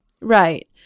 Right